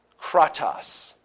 Kratos